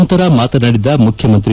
ನಂತರ ಮಾತನಾಡಿದ ಮುಖ್ಯಮಂತ್ರಿ